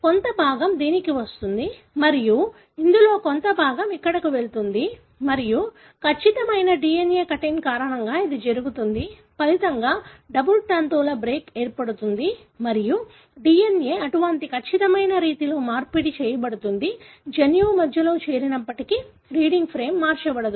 దీనిలో కొంత భాగం దీనికి వస్తుంది మరియు ఇందులో కొంత భాగం ఇక్కడకు వెళుతుంది మరియు ఖచ్చితమైన DNA కటింగ్ కారణంగా ఇది జరుగుతుంది ఫలితంగా డబుల్ స్ట్రాండెడ్ బ్రేక్ ఏర్పడుతుంది మరియు DNA అటువంటి ఖచ్చితమైన రీతిలో మార్పిడి చేయబడుతుంది జన్యువు మధ్యలో చేరినప్పటికీ రీడింగ్ ఫ్రేమ్ మార్చబడదు